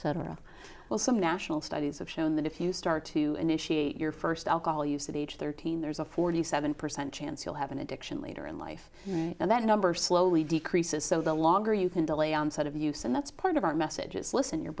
etc well some national studies have shown that if you start to initiate your first alcohol use at age thirteen there's a forty seven percent chance you'll have an addiction later in life and that number slowly decreases so the longer you can delay onset of use and that's part of our message is listen your